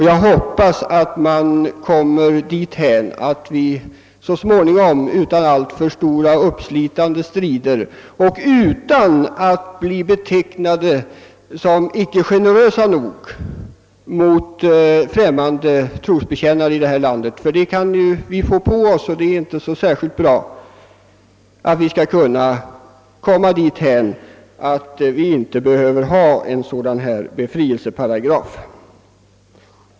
Jag hoppas att vi så småningom och utan alltför stora och uppslitande strider och utan att bli ansedda som icke tillräckligt generösa mot främmande trosbekännare — ty den stämpeln kan vi tyvärr få på oss — skall kunna komma dithän att det icke behövs någon befrielseparagraf.